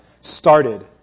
started